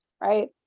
Right